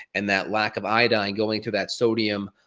and that lack of iodine go into that sodium